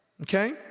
Okay